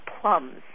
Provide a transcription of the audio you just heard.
plums